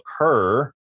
occur